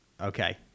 okay